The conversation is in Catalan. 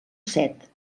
set